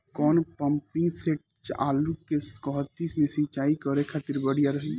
कौन pumping set आलू के कहती मे सिचाई करे खातिर बढ़िया रही?